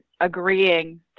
agreeing